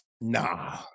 Nah